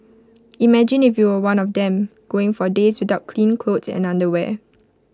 imagine if you were one of them going for days without clean clothes and underwear